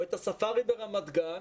או את הספארי ברמת גן,